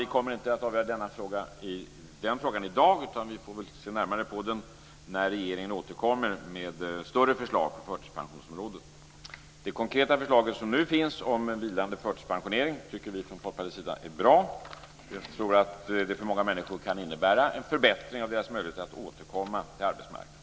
Vi kommer inte att avgöra denna fråga i dag. Vi får se närmare på den när regeringen återkommer med större förslag på förtidspensionsområdet. Det konkreta förslag som nu finns om en vilande förtidspensionering tycker vi från Folkpartiets sida är bra. Vi tror att det för många människor kan innebära en förbättring av deras möjligheter att återkomma till arbetsmarknaden.